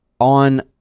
On